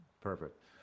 Perfect